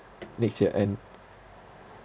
next year end